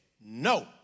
no